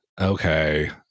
Okay